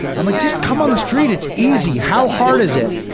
i'm like, just come on the street it's easy. how hard is it?